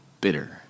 bitter